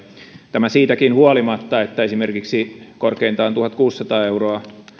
tämä siitäkin huolimatta että esimerkiksi korkeintaan tuhatkuusisataa euroa